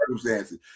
circumstances